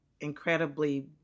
incredibly